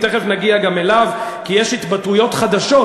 תכף נגיע גם אליו, כי יש התבטאויות חדשות.